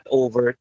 over